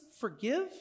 forgive